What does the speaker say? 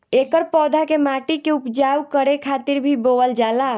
एकर पौधा के माटी के उपजाऊ करे खातिर भी बोअल जाला